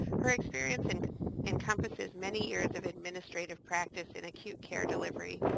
her experience and encompasses many years of administrative practice in acute care delivery,